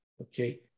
Okay